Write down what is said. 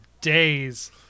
days